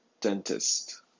dentist